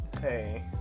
hey